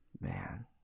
Man